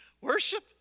Worship